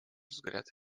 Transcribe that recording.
взгляд